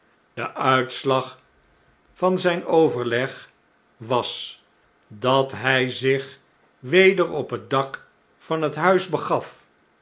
de uitslag van zjjn overleg was dat hj zich weder op het dak van het huis